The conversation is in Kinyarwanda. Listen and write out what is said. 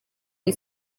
iyi